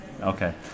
Okay